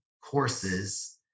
courses